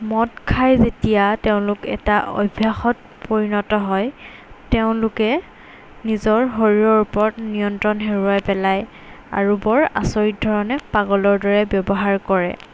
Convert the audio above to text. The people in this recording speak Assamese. মদ খাই যেতিয়া তেওঁলোক এটা অভ্যাসত পৰিণত হয় তেওঁলোকে নিজৰ শৰীৰৰ ওপৰত নিয়ন্ত্ৰণ হেৰুৱাই পেলাই আৰু বৰ আচৰিত ধৰণে পাগলৰ দৰে ব্যৱহাৰ কৰে